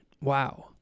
Wow